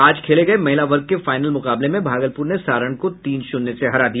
आज खेले गये महिला वर्ग के फाइनल मुकाबले में भागलपुर ने सारण को तीन शून्य से हरा दिया